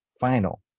final